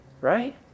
right